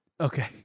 Okay